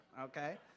okay